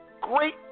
great